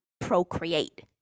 procreate